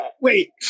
wait